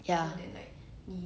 ya